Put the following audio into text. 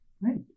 Right